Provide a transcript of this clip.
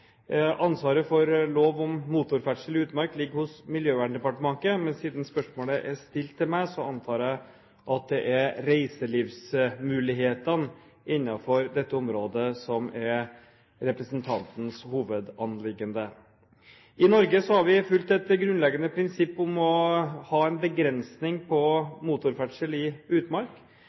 Ansvaret for lov om motorferdsel i utmark ligger hos Miljøverndepartementet, men siden spørsmålet er stilt til meg, antar jeg at det er reiselivsmulighetene innenfor dette området som er representantens hovedanliggende. I Norge har vi fulgt et grunnleggende prinsipp om å ha en begrensning på motorferdsel i utmark.